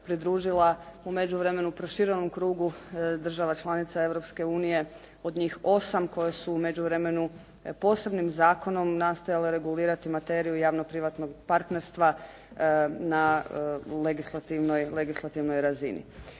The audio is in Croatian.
pridružila u međuvremenu proširenom krugu država članica Europske unije. Od njih 8 koje su u međuvremenu posebnim zakonom nastojale regulirati materiju javno-privatnog partnerstva na legislativnoj razini.